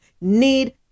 need